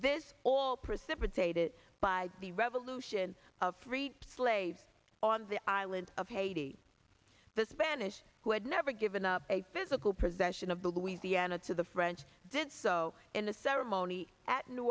this is all precipitated by the revolution of three slaves on the island of haiti the spanish who had never given up a physical possession of the louisiana to the french did so in a ceremony at new